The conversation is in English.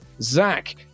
Zach